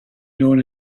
known